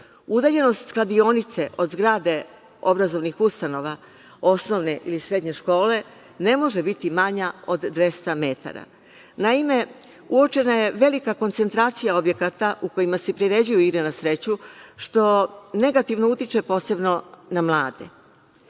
Udaljenost kladionice od zgrade obrazovnih ustanova osnovne i srednje škole ne može biti manja od 200 metara. Naime, uočena je velika koncentracija objekata u kojima se priređuju igre na sreću, što negativno utiče, posebno na mlade.